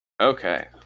Okay